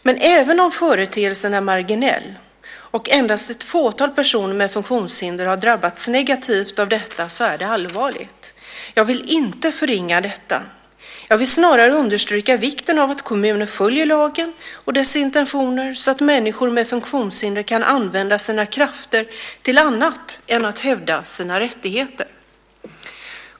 Men även om företeelsen är marginell och endast ett fåtal personer med funktionshinder har drabbats negativt av detta så är det allvarligt. Jag vill inte förringa detta. Jag vill snarare understryka vikten av att kommuner följer lagen och dess intentioner så att människor med funktionshinder kan använda sina krafter till annat än att hävda sina rättigheter.